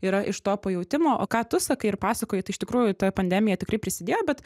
yra iš to pajautimo o ką tu sakai ir pasakoji tai iš tikrųjų ta pandemija tikrai prisidėjo bet